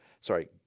Sorry